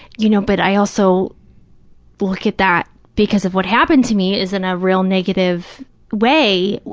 you know, but i also look at that, because of what happened to me, is in a real negative way,